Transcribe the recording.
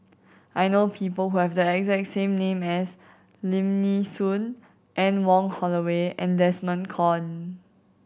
I know people who have the exact same name as Lim Nee Soon Anne Wong Holloway and Desmond Kon